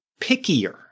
pickier